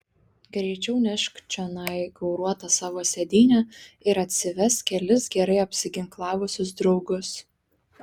greičiau nešk čionai gauruotą savo sėdynę ir atsivesk kelis gerai apsiginklavusius draugus